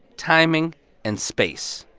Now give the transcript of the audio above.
timing and space.